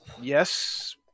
Yes